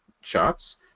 shots